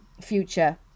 future